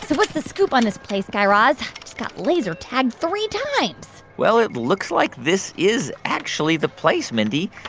what's the scoop on this place, guy raz? i just got laser tagged three times well, it looks like this is actually the place, mindy.